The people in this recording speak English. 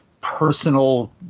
personal